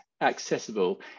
accessible